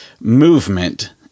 movement